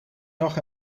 nog